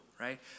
right